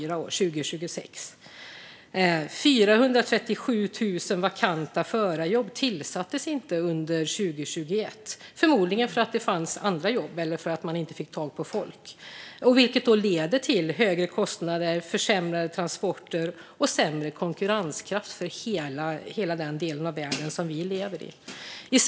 Under 2021 var det 437 000 vakanta förarjobb som inte tillsattes, förmodligen för att det fanns andra jobb eller för att man inte fick tag i folk, vilket leder till högre kostnader, försämrade transporter och sämre konkurrenskraft för hela den del av världen som vi lever i.